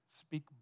speak